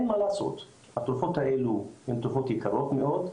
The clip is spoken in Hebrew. אין מה לעשות, התרופות האלה הן תרופות יקרות מאוד,